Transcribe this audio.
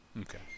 Okay